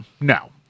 No